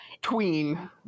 tween